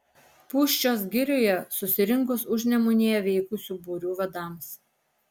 pūščios girioje susirinkus užnemunėje veikusių būrių vadams